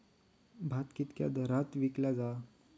भात कित्क्या दरात विकला जा?